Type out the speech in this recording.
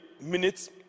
minutes